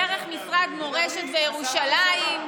דרך משרד מורשת וירושלים.